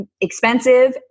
expensive